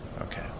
Okay